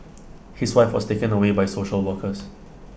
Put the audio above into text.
his wife was taken away by social workers